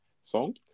song